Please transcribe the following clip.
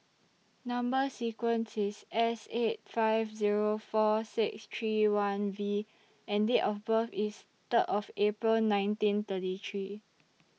Number sequence IS S eight five Zero four six three one V and Date of birth IS Third of April nineteen thirty three